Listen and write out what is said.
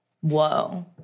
Whoa